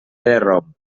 rom